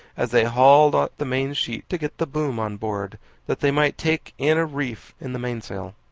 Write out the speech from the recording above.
as they hauled at the main sheet to get the boom on board that they might take in a reef in the mainsail.